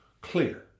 clear